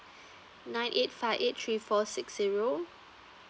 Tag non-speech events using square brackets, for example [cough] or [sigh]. [breath] nine eight five eight three four six zero